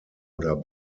oder